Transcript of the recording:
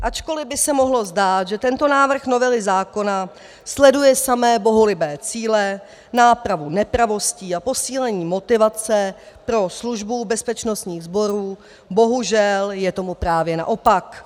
Ačkoliv by se mohlo zdát, že tento návrh novely zákona sleduje samé bohulibé cíle, nápravu nepravostí a posílení motivace pro službu bezpečnostních sborů, bohužel je tomu právě naopak.